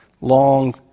Long